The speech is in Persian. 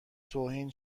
توهین